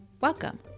Welcome